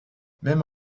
même